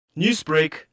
Newsbreak